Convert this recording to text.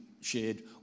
shared